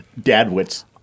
Dadwitz